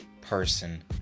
person